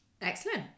Excellent